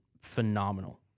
phenomenal